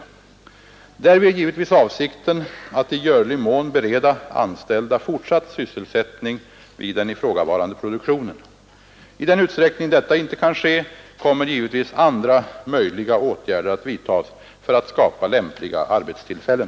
Därvid är givetvis avsikten att motverka den minskade sysselsättningen vid den stat att i görlig mån bereda anställda fortsatt sysselsättning vid den ifråvarande produktionen. I den utsträckning detta inte kan ske kommer givetvis andra möjliga åtgärder att vidtas för att skapa lämpliga arbetstillfällen.